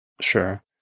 Sure